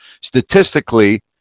statistically